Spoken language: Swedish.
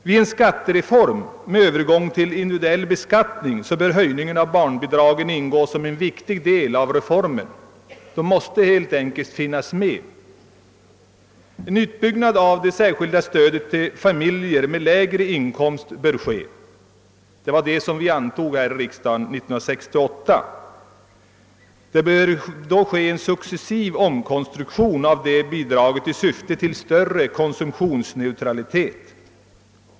Vid en skattereform med övergång till individuell beskattning bör en höjning av barnbidraget ingå som en viktig del av reformen. Den måste helt enkelt finnas med. En utbyggnad av det särskilda stödet till familjer med lägre inkomst bör ske, såsom beslutades av riksdagen 1968. En successiv omkonstruktion av detta bidrag bör göras i syfte att nå större konsumtionsneutralitet.